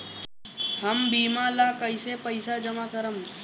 हम बीमा ला कईसे पईसा जमा करम?